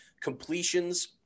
completions